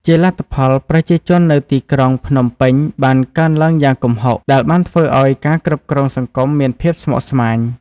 ជាលទ្ធផល ប្រជាជននៅទីក្រុងភ្នំពេញបានកើនឡើងយ៉ាងគំហុក ដែលបានធ្វើឲ្យការគ្រប់គ្រងសង្គមមានភាពស្មុគស្មាញ។